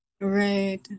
Right